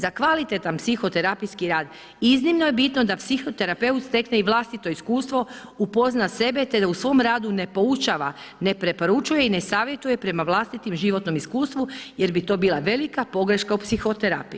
Za kvalitetan psihoterapijski rad, iznimno je bitno da psihoterapeut stekne i vlastito iskustvo, upozna sebe te da u svom radu ne poučava, ne preporučuje i ne savjetuje prema vlastitom životnom iskustvu jer bi to bila velika pogreška u psihoterapiji.